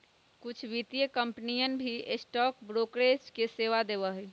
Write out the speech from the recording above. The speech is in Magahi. कुछ वित्तीय कंपनियन भी स्टॉक ब्रोकरेज के सेवा देवा हई